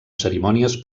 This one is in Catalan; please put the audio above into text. cerimònies